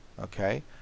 okay